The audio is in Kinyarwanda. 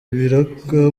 ibiraka